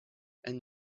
and